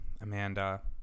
Amanda